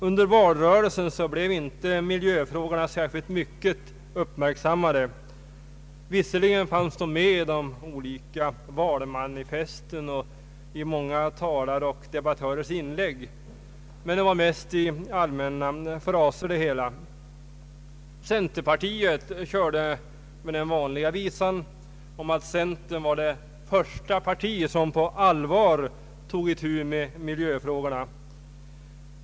Under valrörelsen blev inte miljöfrågorna särskilt mycket uppmärksammade. Visserligen fanns de med i de olika valmanifesten och i många talares och debattörers inlägg, men det var mest i form av allmänna fraser. Centerpartiet körde med den vanliga visan om att centern var det första parti som på allvar tog itu med miljöfrågorna.